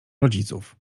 rodziców